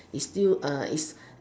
is still uh is